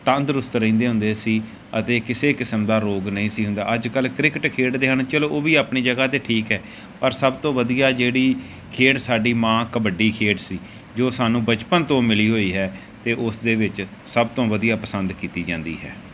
ਤੰਦਰੁਸਤ ਰਹਿੰਦੇ ਹੁੰਦੇ ਸੀ ਅਤੇ ਕਿਸੇ ਕਿਸਮ ਦਾ ਰੋਗ ਨਹੀਂ ਸੀ ਹੁੰਦਾ ਅੱਜ ਕੱਲ੍ਹ ਕ੍ਰਿਕਟ ਖੇਡਦੇ ਹਨ ਚੱਲੋ ਉਹ ਵੀ ਆਪਣੀ ਜਗ੍ਹਾ 'ਤੇ ਠੀਕ ਹੈ ਪਰ ਸਭ ਤੋਂ ਵਧੀਆ ਜਿਹੜੀ ਖੇਡ ਸਾਡੀ ਮਾਂ ਕਬੱਡੀ ਖੇਡ ਸੀ ਜੋ ਸਾਨੂੰ ਬਚਪਨ ਤੋਂ ਮਿਲੀ ਹੋਈ ਹੈ ਅਤੇ ਉਸ ਦੇ ਵਿੱਚ ਸਭ ਤੋਂ ਵਧੀਆ ਪਸੰਦ ਕੀਤੀ ਜਾਂਦੀ ਹੈ